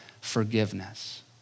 forgiveness